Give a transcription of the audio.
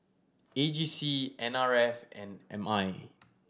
A G C N R F and M I